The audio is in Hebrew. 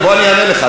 בוא אני אענה לך,